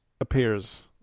appears